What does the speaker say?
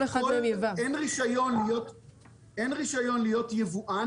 אין רישיון להיות ייבואן,